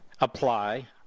apply